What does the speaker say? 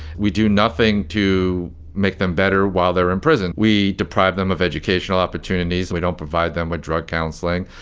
we do nothing to make them better while they're in prison. we deprive them of educational opportunities. we don't provide them with drug counseling.